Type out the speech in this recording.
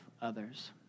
others